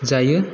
जायो